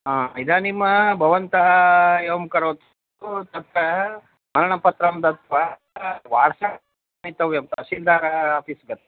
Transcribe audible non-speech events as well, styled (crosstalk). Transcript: हा इदानीं भवन्तः एवं करोतु तत्र मरणपत्रं दत्वा (unintelligible) वार्षतव्यं तहशील्दार आफीस् गत्वा